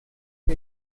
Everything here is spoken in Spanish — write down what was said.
que